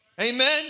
Amen